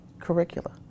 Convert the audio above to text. curricula